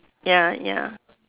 ya ya